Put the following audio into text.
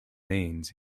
means